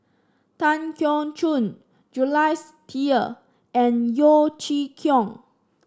Tan Keong Choon Jules Itier and Yeo Chee Kiong